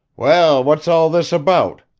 well, what's all this about?